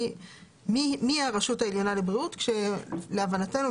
מי הרשות העליונה לבריאות כאשר להבנתנו,